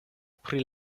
pri